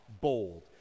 bold